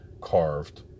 carved